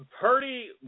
Purdy